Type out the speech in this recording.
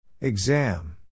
Exam